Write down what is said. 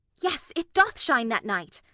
yes, it doth shine that night.